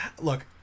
look